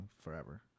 forever